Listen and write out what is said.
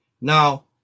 Now